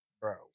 bro